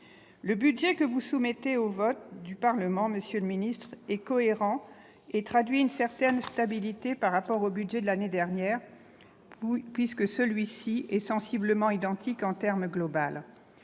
de budget que vous soumettez au vote du Parlement, monsieur le ministre, est cohérent et traduit une certaine stabilité par rapport au budget de l'année dernière, puisque celui-ci est sensiblement identique. Comme vous